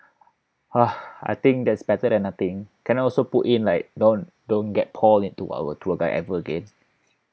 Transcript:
I think that's better than nothing can I also put in like don't don't get paul into our tour guide ever again